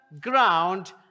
ground